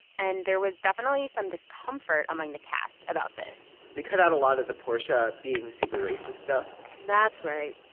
and there was definitely some discomfort among the cast about this we cut out a lot of the portia being super racist stuff that's right.